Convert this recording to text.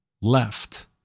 left